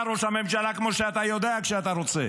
אתה ראש הממשלה כמו שאתה יודע להיות כשאתה רוצה.